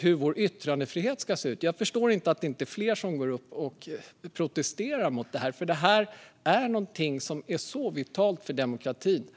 hur vår yttrandefrihet ska se ut? Jag förstår inte att det inte är fler som protesterar mot detta. Detta är ju helt vitalt för demokratin.